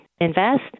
invest